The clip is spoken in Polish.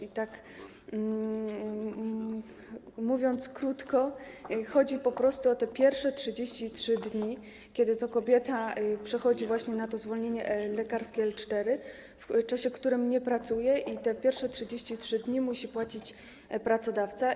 I tak, mówiąc krótko, chodzi po prostu o te pierwsze 33 dni, kiedy to kobieta przechodzi właśnie na zwolnienie lekarskie L4, w tym czasie nie pracuje i za te pierwsze 33 dni musi płacić pracodawca.